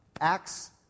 Acts